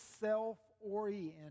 self-oriented